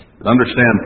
understand